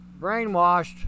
Brainwashed